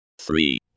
three